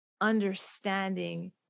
understanding